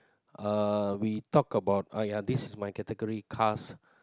uh we talk about ah ya this is my category cars